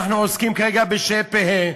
אנחנו עוסקים כרגע בשה"י פה"י,